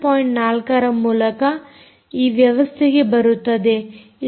4 ರ ಮೂಲಕ ಈ ವ್ಯವಸ್ಥೆಗೆ ಬರುತ್ತದೆ